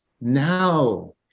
Now